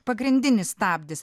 pagrindinis stabdis